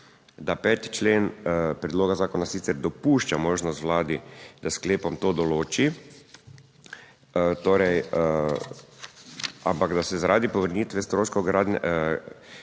da 5. člen predloga zakona sicer dopušča možnost Vladi, da s sklepom to določi, torej, ampak da se zaradi povrnitve stroškov gradnje,